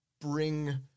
bring